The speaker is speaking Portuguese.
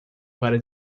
para